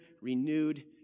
renewed